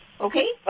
Okay